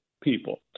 people